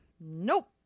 Nope